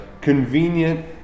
Convenient